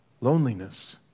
Loneliness